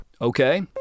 Okay